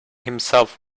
himself